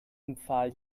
empfahl